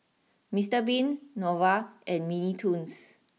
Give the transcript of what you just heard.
Mister Bean Nova and Mini Toons